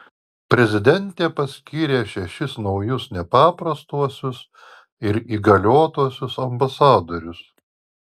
prezidentė paskyrė šešis naujus nepaprastuosius ir įgaliotuosiuos ambasadorius